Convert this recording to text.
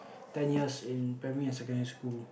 ten years in primary and secondary schools